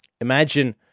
Imagine